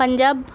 Punjab